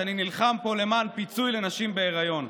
שאני נלחם פה למען פיצוי לנשים בהיריון.